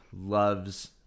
loves